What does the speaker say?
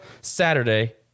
Saturday